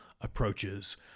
approaches